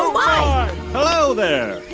oh my hello there